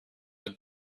had